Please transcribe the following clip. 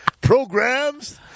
programs